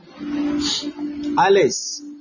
Alice